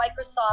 Microsoft